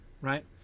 right